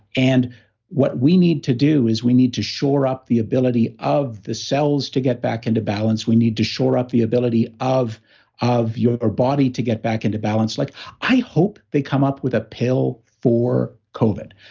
and what we need to do is we need to shore up the ability of the cells to get back into balance, we need to shore up the ability of of your body to get back into balance. like i hope they come up with a pill for covid